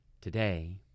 Today